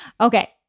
Okay